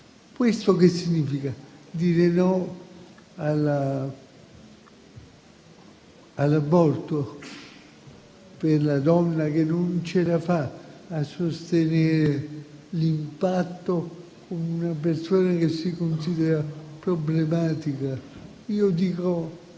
Questo significa dire di no all'aborto per la donna che non ce la fa a sostenere l'impatto con una persona che si considera problematica? Io dico